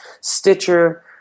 Stitcher